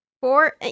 Four